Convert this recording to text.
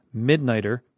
Midnighter